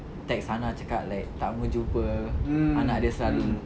text hannah cakap like takmo jumpa anak dia selalu